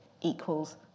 equals